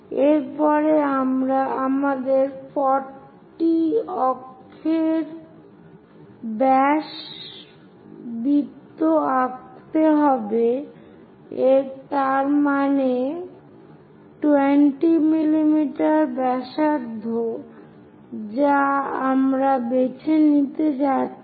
এর পরে আমাদের 40 অক্ষ ব্যাসের বৃত্ত আঁকতে হবে তার মানে 20 মিলিমিটার ব্যাসার্ধ যা আমরা বেছে নিতে যাচ্ছি